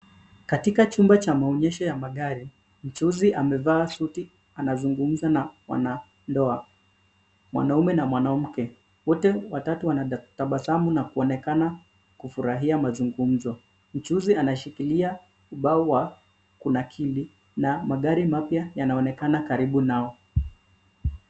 Katika chumba cha maonyesho ya magari, mchuuzi amevaa suti anazungumza na wanandoa, mwanamume na mwanamke. Wote watatu wanatabasamu na kuonekana kufurahia mazungumzo. Mchuuzi anashikilia ubao wa kunakili na magari mapya yanaonekana karibu nao.